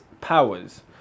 powers